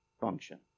function